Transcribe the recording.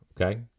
okay